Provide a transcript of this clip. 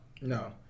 No